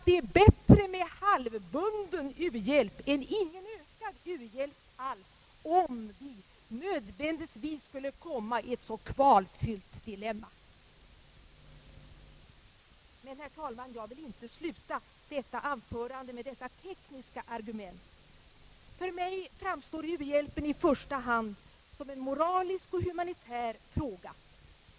Det är bättre med halvbunden u-hjälp än ingen ökad u-hjälp alls, om vi nödvändigtvis skulle komma i ett så kvalfyllt dilemma. Jag vill inte herr talman, sluta detta anförande med dessa tekniska argument. För mig framstår u-hjälpen i första hand som en moralisk-humanitär fråga.